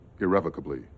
irrevocably